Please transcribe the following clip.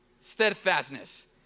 Steadfastness